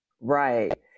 right